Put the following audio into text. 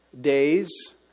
days